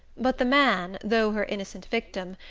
but the man, though her innocent victim,